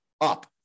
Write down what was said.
up